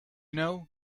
know